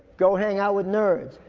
go hang out with nerds.